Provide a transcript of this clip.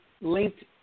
linked